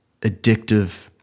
addictive